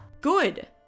Good